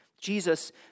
Jesus